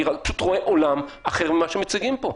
אני פשוט רואה עולם אחר ממה שמציגים פה,